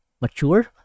mature